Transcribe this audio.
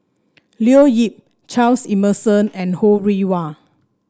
Leo Yip Charles Emmerson and Ho Rih Hwa